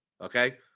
Okay